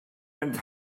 and